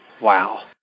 Wow